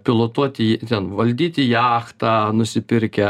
pilotuoti ten valdyti jachtą nusipirkę